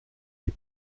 des